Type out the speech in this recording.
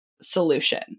solution